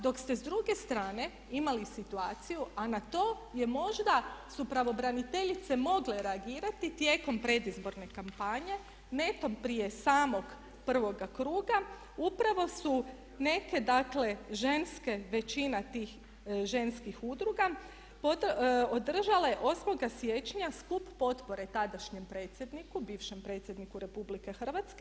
Dok ste s druge strane imali situaciju a na to je možda su pravobraniteljice mogle reagirati tijekom predizborne kampanje netom prije samog prvoga kruga upravo su neke dakle ženske, većina tih ženskih udruga održale 8. siječnja skup potpore tadašnjem predsjedniku, bivšem predsjedniku RH.